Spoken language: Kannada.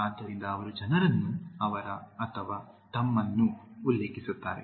ಆದ್ದರಿಂದ ಅವರು ಜನರನ್ನು ಅವರ ಅಥವಾ ತಮ್ಮನ್ನು ಉಲ್ಲೇಖಿಸುತ್ತಾರೆ